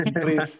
please